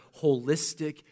holistic